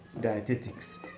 dietetics